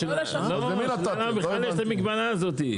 למה בכלל יש המגבלה הזאת?